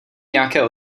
nějaké